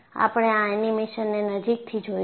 આપણે આ એનિમેશનને નજીકથી જોઈશું